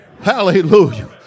Hallelujah